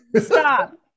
Stop